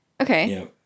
Okay